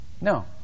No